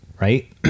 right